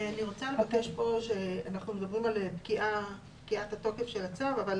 אנחנו מדברים על פקיעת התוקף של הצו, אבל